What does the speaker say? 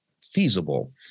feasible